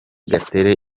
gatere